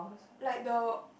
like the